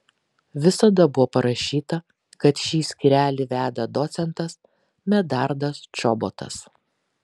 visada buvo parašyta kad šį skyrelį veda docentas medardas čobotas